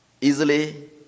easily